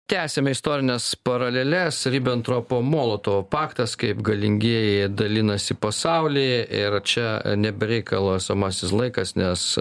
tęsiame istorines paraleles ribentropo molotovo paktas kaip galingieji dalinasi pasaulį ir čia ne be reikalo esamasis laikas nes